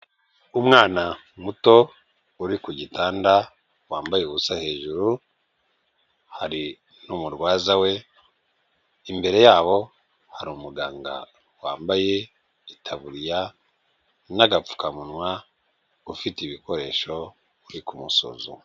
Umwana muto uri ku gitanda wambaye ubusa hejuru hari n'umurwaza we, imbere yabo hari umuganga wambaye itaburiya n'agapfukamunwa ufite ibikoresho uri ku musuzuma.